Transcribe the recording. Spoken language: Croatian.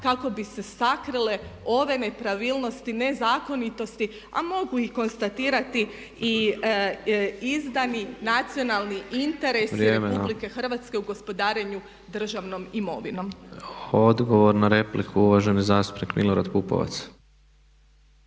kako bi se sakrile ove nepravilnost, nezakonitosti a mogu i konstatirati izdani nacionalni interesi RH u gospodarenju državnom imovinom. **Tepeš, Ivan (HSP AS)** Odgovor na repliku uvaženi zastupnik Milorad Pupovac.